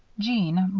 jeanne,